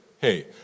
Hey